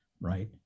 right